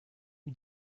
him